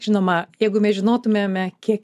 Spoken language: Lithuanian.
žinoma jeigu mes žinotumėme kiek